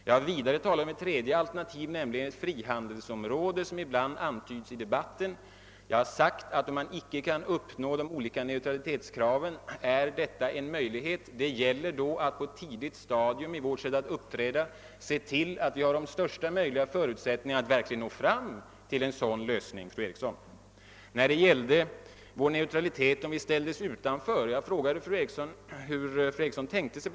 Jag har vidare talat om ett tredje alternativ som ibland antyds i debatten, nämligen ett frihandelsområde. Jag har sagt att om man icke kan uppnå de olika neutralitetskraven är detta en möjlighet. Det gäller då att på ett tidigt stadium genom vårt sätt att uppträda se till att vi har största möjliga förutsättningar att verkligen nå fram till en sådan lösning. Jag frågade fru Eriksson vad hon trodde om vår neutralitet om vi ställs utanför EEC.